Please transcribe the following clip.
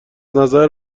نظر